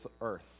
earth